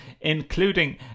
including